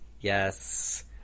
yes